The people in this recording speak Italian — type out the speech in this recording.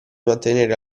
mantenere